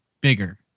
bigger